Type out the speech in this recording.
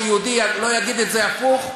שיהודי לא יגיד את זה הפוך?